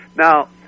Now